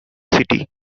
city